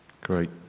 Great